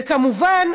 וכמובן,